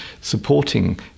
supporting